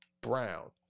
Brown